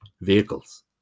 vehicles